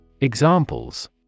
Examples